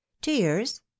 Tears